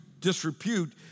disrepute